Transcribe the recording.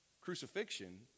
crucifixion